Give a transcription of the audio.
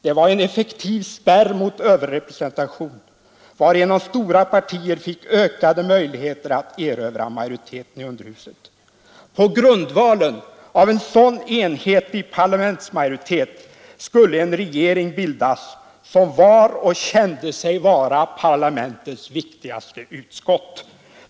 Det var en effektiv spärr mot överrepresentation, varigenom stora partier fick ökade möjligheter att erövra majoriteten i underhuset. På grundval av en sådan enhetlig parlamentsmajoritet skulle en regering bildas, som var och kände sig vara parlamentets viktigaste utskott.